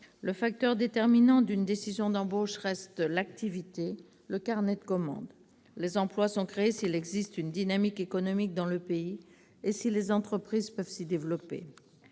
Le facteur déterminant d'une décision d'embauche reste l'activité, le carnet de commandes. Les emplois sont créés s'il existe une dynamique économique dans le pays et si les entreprises peuvent s'y développer.